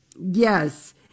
Yes